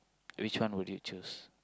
which one would you choose